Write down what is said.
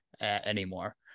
anymore